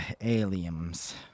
aliens